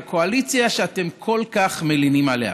בקואליציה שאתם כל כך מלינים עליה.